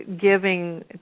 giving